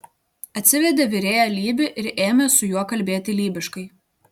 atsivedė virėją lybį ir ėmė su juo kalbėti lybiškai